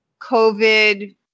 COVID